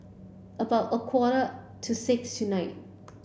about a quarter to six tonight